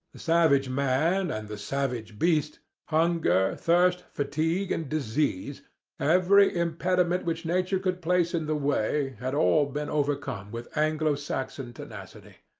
the savage man, and the savage beast, hunger, thirst, fatigue, and disease every impediment which nature could place in the way, had all been overcome with anglo-saxon tenacity.